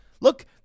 Look